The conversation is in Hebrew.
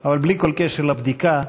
אבל המכתב שהגיע אלי,